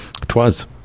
Twas